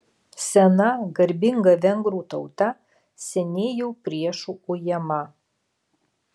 sena garbinga vengrų tauta seniai jau priešų ujama